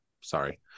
sorry